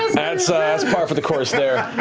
par for the course there.